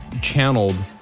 channeled